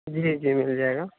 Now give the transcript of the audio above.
جی جی مل جائے گا